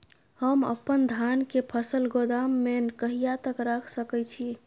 हम अपन धान के फसल गोदाम में कहिया तक रख सकैय छी?